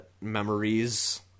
memories